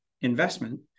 investment